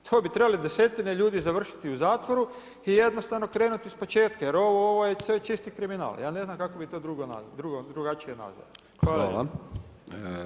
To bi trebali desetine ljudi završiti u zatvoru i jednostavno krenuti ispočetka jer ovo je čisti kriminal, ja ne znam kako bi to drugačije nazvao.